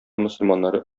мөселманнары